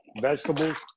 vegetables